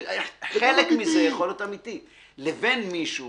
חלק מזה יכול להיות אמתי, לבין מישהו